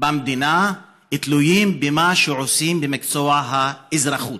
במדינה תלויות במה שעושים במקצוע האזרחות.